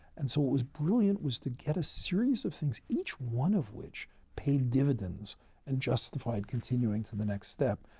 and so, what was brilliant was to get a series of things each one of which paid dividends and justified continuing to the next step.